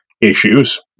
issues